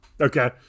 Okay